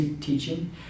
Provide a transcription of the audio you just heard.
teaching